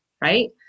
Right